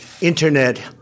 internet